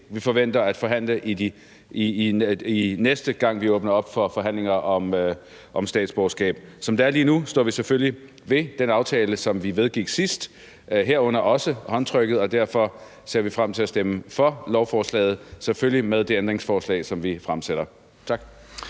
vi forventer at forhandle næste gang, vi åbner op for forhandlinger om statsborgerskab. Som det er lige nu, står vi selvfølgelig ved den aftale, som vi vedgik sidst, herunder også håndtrykket, og derfor ser vi frem til at stemme for lovforslaget – selvfølgelig med det ændringsforslag, som vi stiller. Tak.